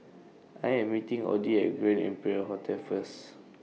I Am meeting Oddie At Grand Imperial Hotel First